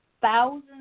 thousands